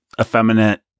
effeminate